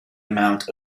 amount